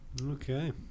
Okay